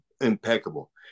impeccable